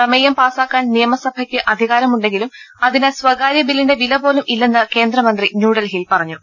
പ്രമേയം പാസാക്കാൻ നിയമസഭയ്ക്ക് അധികാരമുണ്ടെങ്കിലും അതിന് സ്ഥകാര്യ ബില്ലിന്റെ വില പോലും ഇല്ലെന്ന് കേന്ദ്രമന്ത്രി ന്യൂഡൽഹിയിൽ പറഞ്ഞു